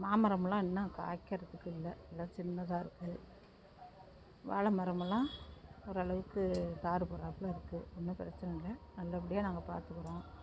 மாமரம்லாம் இன்னும் காய்க்கிறதுக்கு இல்லை எல்லாம் சின்னதாக இருக்குது வாழை மரம்லாம் ஓரளவுக்கு தார் போடுறாப்புல இருக்குது ஒன்றும் பிரச்சனை இல்லை நல்லபடியாக நாங்கள் பாத்துக்கிறோம்